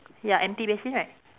ya empty basin right